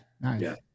nice